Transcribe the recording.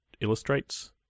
illustrates